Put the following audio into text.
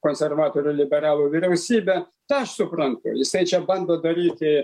konservatorių liberalų vyriausybę tą aš suprantu jisai čia bando daryti